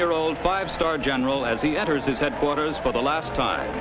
year old five star general as he enters his headquarters for the last time